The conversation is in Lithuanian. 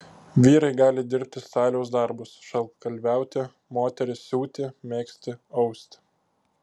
vyrai gali dirbti staliaus darbus šaltkalviauti moterys siūti megzti austi